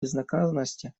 безнаказанности